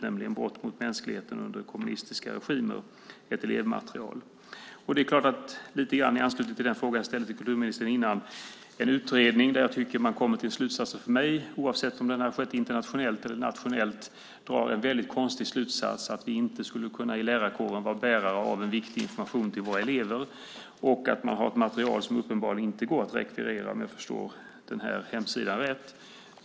Det gäller Brott mot mänskligheten under kommunistiska regimer , ett elevmaterial. Jag kan anknyta till den fråga jag ställde till kulturministern tidigare. Jag tycker att man i utredningen, oavsett om den har skett internationellt eller nationellt, drar en väldigt konstig slutsats: att vi i lärarkåren inte skulle kunna vara bärare av viktig information till våra elever. Man har ett material som uppenbarligen inte går att rekvirera, om jag förstår hemsidan rätt.